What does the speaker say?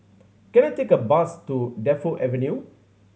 can I take a bus to Defu Avenue